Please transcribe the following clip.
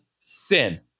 sin